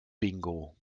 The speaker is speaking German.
bingo